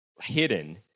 hidden